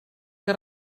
que